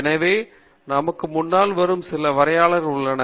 எனவே நமக்கு முன்னால் வரும் சில வரையறைகள் உள்ளன